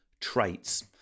traits